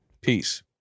Peace